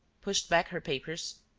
pushed back her papers,